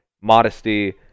modesty